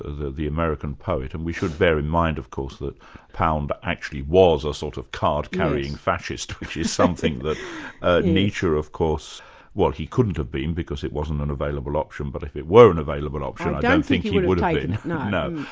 ah the the american poet, and we should bear in mind of course that pound actually was a sort of card-carrying fascist, which is something that ah nietzsche of course well he couldn't have been, because it wasn't an available option, but if it were an available option, i don't think he would would have been.